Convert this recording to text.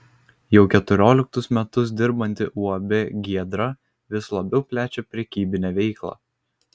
jau keturioliktus metus dirbanti uab giedra vis labiau plečia prekybinę veiklą